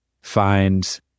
find